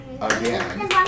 again